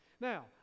Now